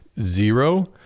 zero